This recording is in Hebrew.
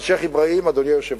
אבל, שיח' אברהים, אדוני היושב-ראש,